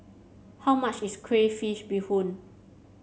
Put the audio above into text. how much is Crayfish Beehoon